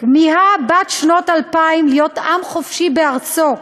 כמיהה בת שנות אלפיים, להיות עם חופשי בארצו,